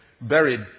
buried